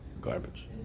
garbage